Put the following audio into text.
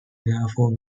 therefore